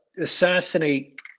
assassinate